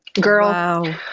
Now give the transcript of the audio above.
girl